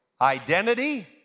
Identity